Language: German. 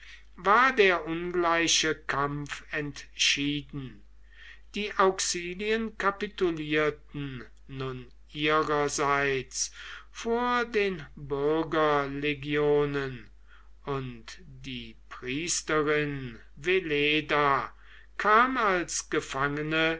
war der ungleiche kampf entschieden die auxilien kapitulierten nun ihrerseits vor den bürgerlegionen und die priesterin veleda kam als gefangene